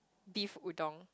beef udon